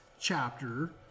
chapter